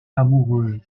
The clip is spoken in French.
amoureux